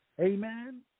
Amen